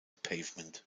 pavement